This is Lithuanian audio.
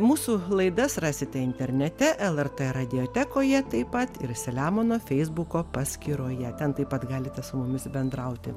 mūsų laidas rasite internete lrt radiotekoje taip pat ir selemono feisbuko paskyroje ten taip pat galite su mumis bendrauti